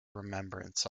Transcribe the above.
remembrance